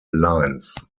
lines